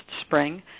spring